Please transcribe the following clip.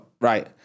Right